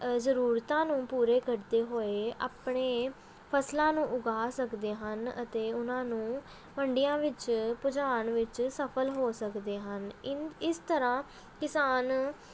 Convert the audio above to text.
ਜ਼ਰੂਰਤਾਂ ਨੂੰ ਪੂਰੇ ਕਰਦੇ ਹੋਏ ਆਪਣੇ ਫਸਲਾਂ ਨੂੰ ਉਗਾ ਸਕਦੇ ਹਨ ਅਤੇ ਉਹਨਾਂ ਨੂੰ ਮੰਡੀਆਂ ਵਿੱਚ ਪਹੁੰਚਾਉਣ ਵਿੱਚ ਸਫਲ ਹੋ ਸਕਦੇ ਹਨ ਇਨ ਇਸ ਤਰ੍ਹਾਂ ਕਿਸਾਨ